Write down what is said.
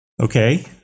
Okay